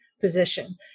position